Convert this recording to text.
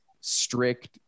strict